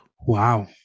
Wow